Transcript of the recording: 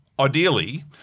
ideally